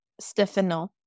Stefano